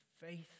faith